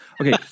Okay